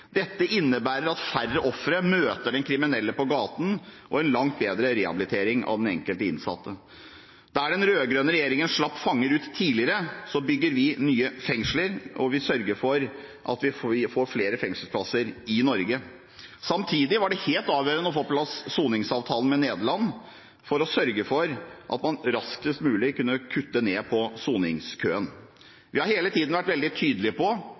Dette innebærer at færre ofre møter den kriminelle på gaten, og en langt bedre rehabilitering av den enkelte innsatte. Der den rød-grønne regjeringen slapp fanger ut tidligere, bygger vi nye fengsler og sørger for at vi får flere fengselsplasser i Norge. Samtidig var det helt avgjørende å få på plass soningsavtalen med Nederland for å sørge for at man raskest mulig kunne kutte ned på soningskøen. Vi har hele tiden vært veldig tydelige på